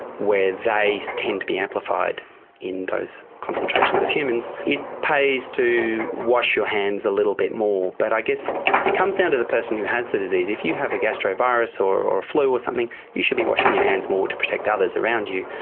where they tend to be amplified in those concentrations of humans, it pays to wash your hands a little bit more. but i guess it comes down to the person who has the disease. if you have a gastro virus or a flu or something, you should be washing your hands more to protect others around you,